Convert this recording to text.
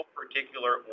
particular